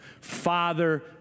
Father